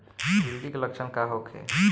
गिलटी के लक्षण का होखे?